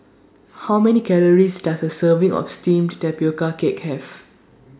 How Many Calories Does A Serving of Steamed Tapioca Cake Have